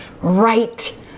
right